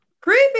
Creepy